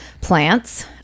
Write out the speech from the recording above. plants